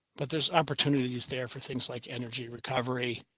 but there's opportunities there for things like energy recovery.